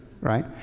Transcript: right